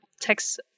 text